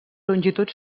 longitud